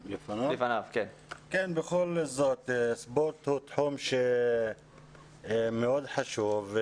בכל זאת ספורט הוא תחום מאוד חשוב.